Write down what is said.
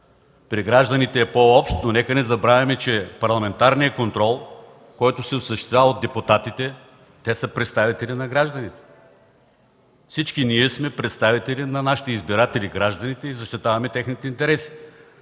При гражданите е по-общ, но нека не забравяме, че парламентарният контрол, който се осъществява от депутатите – те са представители на гражданите, всички ние сме представители на нашите избиратели – гражданите, и защитаваме техните интереси,